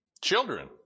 Children